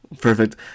Perfect